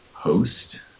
host